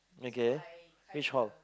okay which hall